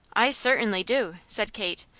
i certainly do, said kate.